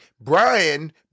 Brian